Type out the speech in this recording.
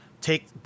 take